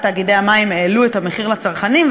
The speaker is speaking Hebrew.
תאגידי המים העלתה את המחיר לצרכנים.